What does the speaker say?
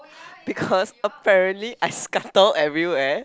because I apparently scatter everywhere